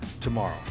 tomorrow